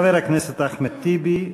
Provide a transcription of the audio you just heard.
חבר הכנסת אחמד טיבי,